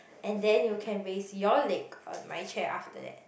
and then you can raise your leg on my chair after that